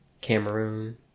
Cameroon